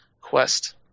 Quest